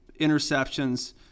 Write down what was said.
interceptions